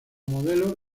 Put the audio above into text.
modelo